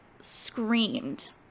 screamed